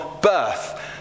birth